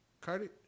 Cardi